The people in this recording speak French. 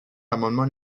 l’amendement